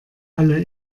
alle